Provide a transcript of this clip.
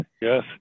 yes